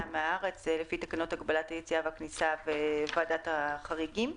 והיציאה מהארץ לפי תקנות הגבלת היציאה והכניסה וועדת החריגים.